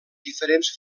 diferents